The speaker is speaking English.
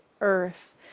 earth